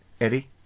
Eddie